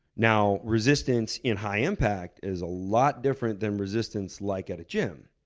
now, resistance in high impact is a lot different than resistance like at a gym